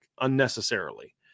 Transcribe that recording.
unnecessarily